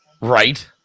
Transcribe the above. Right